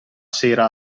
sera